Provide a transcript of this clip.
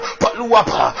paluapa